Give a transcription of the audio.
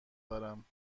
دارم